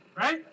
right